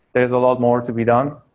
there's a lot more to be done.